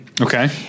Okay